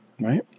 right